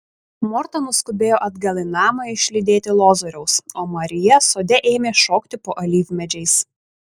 morta nuskubėjo atgal į namą išlydėti lozoriaus o marija sode ėmė šokti po alyvmedžiais